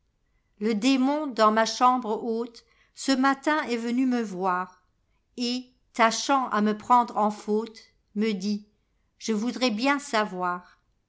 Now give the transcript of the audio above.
le démon dans ma chambre haute ce matin est venu me voir et tâchant à me prendre en faute me dit u je voudrais bien savoir